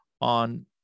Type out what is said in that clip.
on